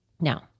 Now